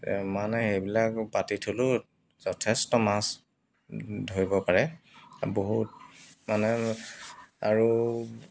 মানে সেইবিলাক পাতি থলেও যথেষ্ট মাছ ধৰিব পাৰে বহুত মানে আৰু